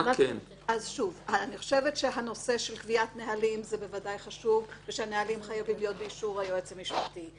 אני חושבת שהנהלים חייבים להיות באישור היועץ המשפטי.